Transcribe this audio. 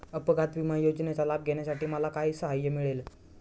अपघात विमा योजनेचा लाभ घेण्यासाठी मला काय सहाय्य मिळेल?